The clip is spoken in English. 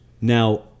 Now